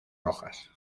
rojas